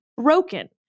broken